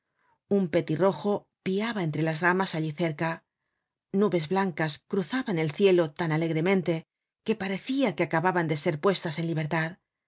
un petirojo piaba entre las ramas allí cerca nubes blancas cruzaban el cielo tan alegremente que parecia que acababan de ser puestas en libertad